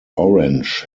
orange